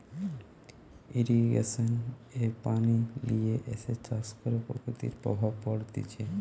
irrigation এ পানি লিয়ে এসে চাষ করে প্রকৃতির প্রভাব পড়তিছে